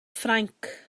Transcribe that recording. ffrainc